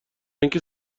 اینکه